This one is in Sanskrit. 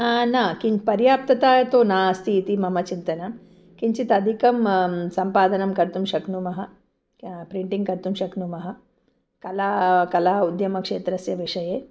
न किन् पर्याप्तता तु नास्ति इति मम चिन्तनं किञ्चित् अधिकं सम्पादनं कर्तुं शक्नुमः क्या प्रिण्टिङ्ग् कर्तुं शक्नुमः कला कला उद्यमक्षेत्रस्य विषये